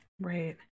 Right